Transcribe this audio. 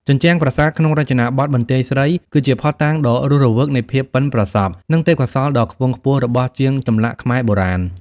ជញ្ជាំងប្រាសាទក្នុងរចនាបថបន្ទាយស្រី គឺជាភស្តុតាងដ៏រស់រវើកនៃភាពប៉ិនប្រសប់ និងទេពកោសល្យដ៏ខ្ពង់ខ្ពស់របស់ជាងចម្លាក់ខ្មែរបុរាណ។